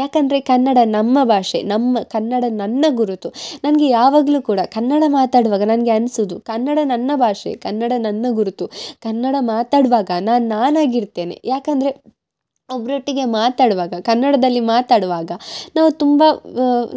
ಯಾಕಂದರೆ ಕನ್ನಡ ನಮ್ಮ ಭಾಷೆ ನಮ್ಮ ಕನ್ನಡ ನನ್ನ ಗುರುತು ನನಗೆ ಯಾವಾಗಲು ಕೂಡ ಕನ್ನಡ ಮಾತಾಡ್ವಾಗ ನನಗೆ ಅನ್ಸೋದು ಕನ್ನಡ ನನ್ನ ಭಾಷೆ ಕನ್ನಡ ನನ್ನ ಗುರುತು ಕನ್ನಡ ಮಾತಾಡ್ವಾಗ ನಾನು ನಾನಾಗಿರ್ತೇನೆ ಯಾಕಂದರೆ ಒಬ್ಬರೊಟ್ಟಿಗೆ ಮಾತಾಡ್ವಾಗ ಕನ್ನಡದಲ್ಲಿ ಮಾತಾಡ್ವಾಗ ನಾವು ತುಂಬ